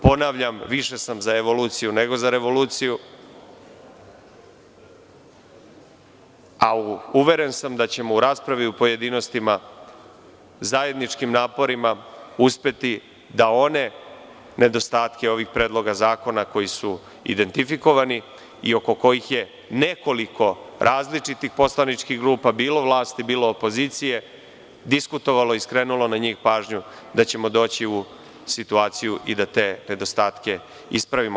Ponavljam, više sam za evoluciju nego za revoluciju, a uveren sam da ćemo u raspravi u pojedinostima zajedničkim naporima uspeti da one nedostatke ovih predloga zakona koji su identifikovani i oko kojih je nekoliko različitih poslaničkih grupa bilo vlasti, bilo opozicije diskutovalo i skrenulo na njih pažnju, da ćemo doći u situaciju i da te nedostatke ispravimo.